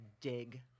dig